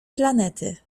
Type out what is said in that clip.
planety